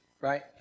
right